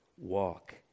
walk